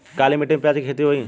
काली माटी में प्याज के खेती होई?